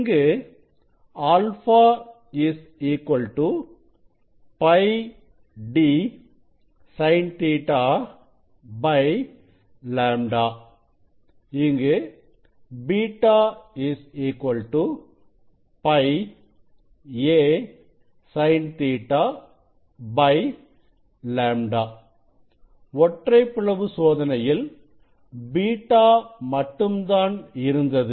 இங்கு α πd SinƟ λ இங்கு β πa SinƟ λ ஒற்றைப் பிளவு சோதனையில் β மட்டும்தான் இருந்தது